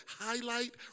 highlight